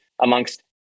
amongst